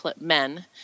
men